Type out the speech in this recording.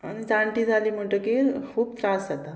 आनी जाणटी जाली म्हणटगीर खूब त्रास जाता